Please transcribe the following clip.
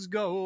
go